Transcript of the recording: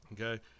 Okay